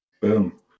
Boom